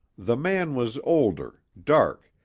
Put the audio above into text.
the man was older, dark,